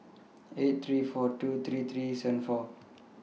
eight three four two three three seven four